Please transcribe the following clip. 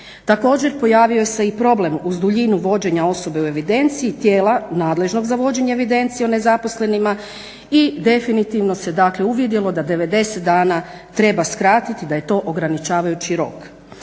Također, pojavio se i problem uz duljinu vođenja osobe u evidenciji tijela nadležnog za vođenje evidencije o nezaposlenima i definitivno se dakle uvidjelo da 90 dana treba skratiti, da je to ograničavajući rok.